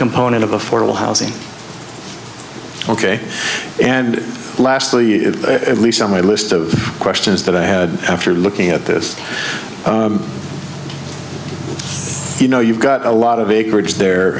component of affordable housing ok and lastly at least on my list of questions that i had after looking at this you know you've got a lot of acreage there